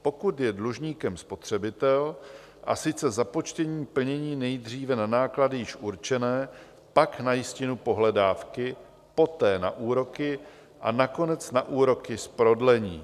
Pokud je dlužníkem spotřebitel, a sice započtením plnění nejdříve na náklady již určené, pak na jistinu pohledávky, poté na úroky a nakonec na úroky z prodlení.